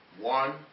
one